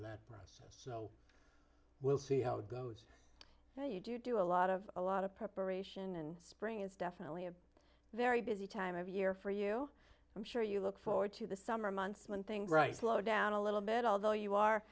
process so we'll see how it goes but you do a lot of a lot of preparation and spring is definitely a very busy time of year for you i'm sure you look forward to the summer months when things right slow down a little bit although